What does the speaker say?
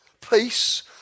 Peace